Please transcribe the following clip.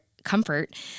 comfort